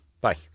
Bye